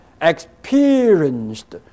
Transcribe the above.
experienced